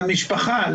למשפחה,